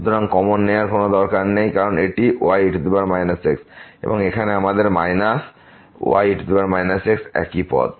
সুতরাং কমন নেওয়ার কোনো দরকার নেই কারণ এটি y e x এবং এখানে আমাদের মাইনাস y e x একই পদ